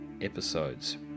episodes